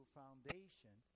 foundation